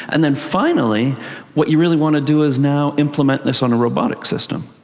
and then finally what you really want to do is now implement this on a robotic system.